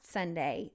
Sunday